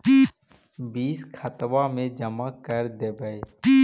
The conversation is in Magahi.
बिस किस्तवा मे जमा कर देवै?